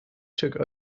took